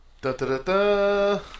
da-da-da-da